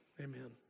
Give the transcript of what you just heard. Amen